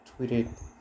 tweeted